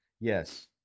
Yes